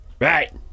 Right